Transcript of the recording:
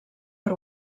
per